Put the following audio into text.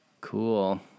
Cool